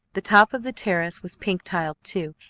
the top of the terrace was pink-tiled, too,